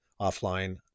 offline